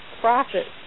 profits